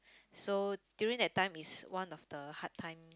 so during that time is one of the hard time